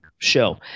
show